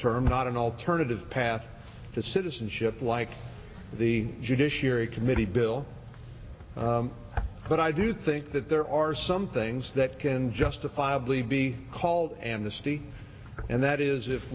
term not an alternative path to citizenship like the judiciary committee bill but i do think that there are some things that can justifiably be called amnesty and that is if